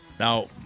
Now